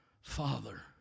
father